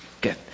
Good